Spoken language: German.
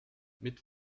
mit